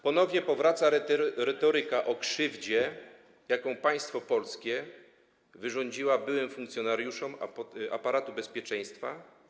Ponownie powraca retoryka o krzywdzie, jaką państwo polskie wyrządziło byłym funkcjonariuszom aparatu bezpieczeństwa.